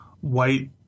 white